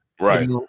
right